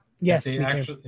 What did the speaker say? Yes